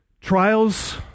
trials